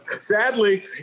Sadly